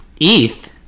ETH